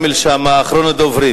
חבר הכנסת כרמל שאמה, אחרון הדוברים.